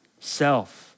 Self